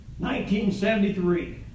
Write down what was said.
1973